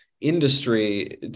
industry